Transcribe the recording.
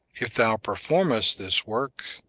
if thou performest this work,